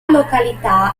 località